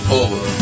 over